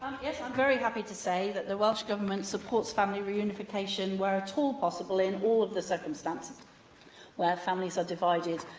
very happy to say that the welsh government supports family reunification where at all possible in all of the circumstances where families are divided.